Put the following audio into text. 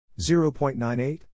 0.98